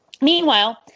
Meanwhile